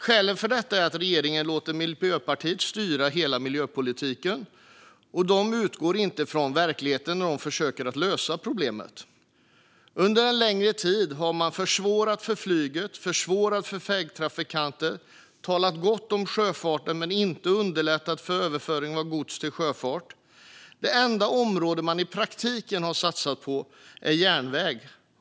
Skälet till detta är att regeringen låter Miljöpartiet styra hela miljöpolitiken, och de utgår inte från verkligheten när de försöker lösa problemen. Under en längre tid har man försvårat för flyget, försvårat för vägtrafikanter och talat gott om sjöfarten men inte underlättat för överföring av gods till sjöfart. Det enda område man i praktiken har satsat på är järnväg.